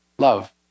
Love